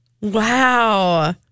wow